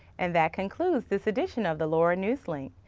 and that concludes this edition of the lara news link.